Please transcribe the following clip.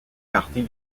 partie